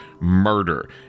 murder